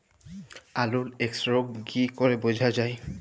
আলুর এক্সরোগ কি করে বোঝা যায়?